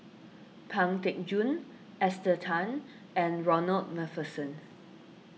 Pang Teck Joon Esther Tan and Ronald MacPherson